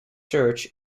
serge